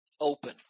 open